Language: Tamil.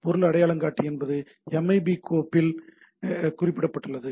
பொருள் அடையாளங்காட்டி என்பது எம்ஐபி கோப்பில் குறிப்பிடப்பட்டுள்ளது